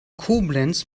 koblenz